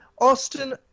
Austin